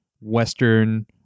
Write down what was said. Western